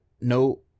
no